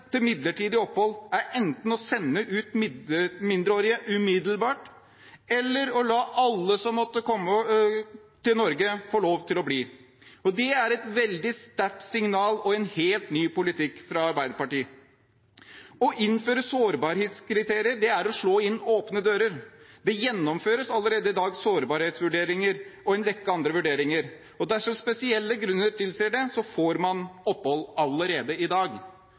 til midlertidig opphold er enten å sende ut mindreårige umiddelbart eller å la alle som måtte komme til Norge, få lov til å bli. Det er et veldig sterkt signal og en helt ny politikk fra Arbeiderpartiet. Å innføre sårbarhetskriterier er å slå inn åpne dører. Det gjennomføres allerede i dag sårbarhetsvurderinger og en rekke andre vurderinger. Dersom spesielle grunner tilsier det, får man opphold allerede i dag.